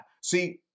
See